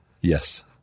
Yes